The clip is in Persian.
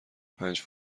پنج